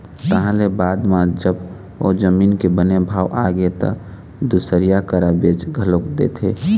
तहाँ ले बाद म जब ओ जमीन के बने भाव आगे त दुसरइया करा बेच घलोक देथे